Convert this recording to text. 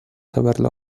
saberlo